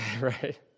Right